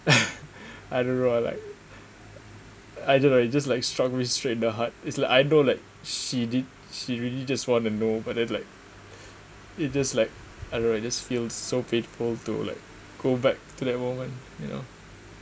I don't know like I don't know it just like struck me straight in the heart is like I know like she did she really just want to know but then like it just like I don't know it just feels so painful to like go back to that moment you know